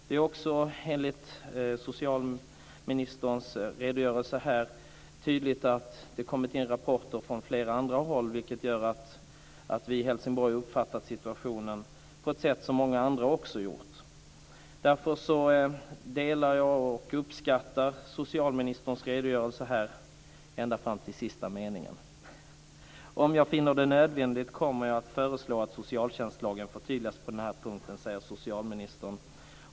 Det är också enligt socialministerns redogörelse tydligt att det kommit in rapporter från flera andra håll, vilket visar att vi i Helsingborg uppfattat situationen på ett sätt som många andra också gjort. Därför delar jag och uppskattar jag socialministerns redogörelse ändra fram till sista meningen. Där säger socialministern: "Om jag finner att det är nödvändigt kommer jag att föreslå att socialtjänstlagen förtydligas på den här punkten."